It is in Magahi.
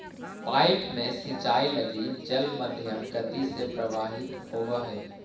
पाइप में सिंचाई लगी जल मध्यम गति से प्रवाहित होवऽ हइ